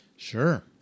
Sure